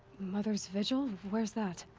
mother's vigil? where's that?